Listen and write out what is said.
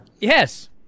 Yes